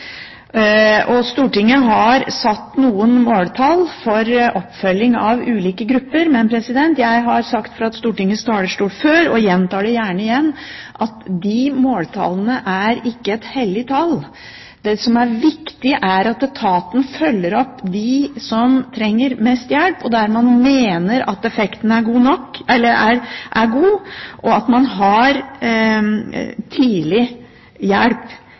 for. Stortinget har satt noen måltall for oppfølging av ulike grupper, men – jeg har sagt det fra Stortingets talerstol før og gjentar det gjerne – de måltallene er ikke hellige tall. Det som er viktig, er at etaten følger opp dem som trenger mest hjelp og der man mener at effekten er god, og at man har tidlig hjelp